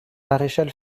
maréchal